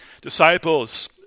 disciples